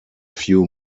few